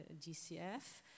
GCF